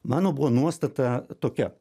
mano buvo nuostata tokia